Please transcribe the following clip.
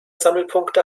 sammelpunkte